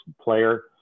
player